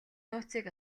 нууцыг